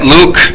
Luke